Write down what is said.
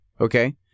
Okay